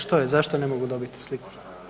što je, zašto ne mogu dobiti sliku?